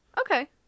okay